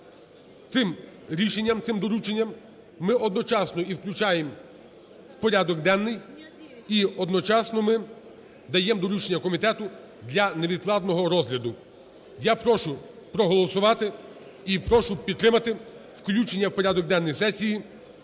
Цим рішенням, цим дорученням ми одночасно і включаємо в порядок денний, і одночасно ми даємо доручення комітету для невідкладного розгляду. Я прошу проголосувати і прошу підтримати включення в порядок денний сесії